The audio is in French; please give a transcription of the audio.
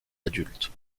adultes